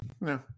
No